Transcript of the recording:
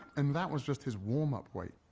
and that was just his warm-up weight.